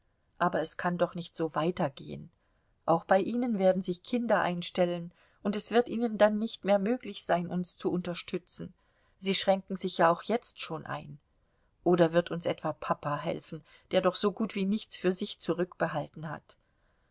aber es kann doch nicht so weitergehen auch bei ihnen werden sich kinder einstellen und es wird ihnen dann nicht mehr möglich sein uns zu unterstützen sie schränken sich ja auch jetzt schon ein oder wird uns etwa papa helfen der doch so gut wie nichts für sich zurückbehalten hat